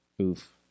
oof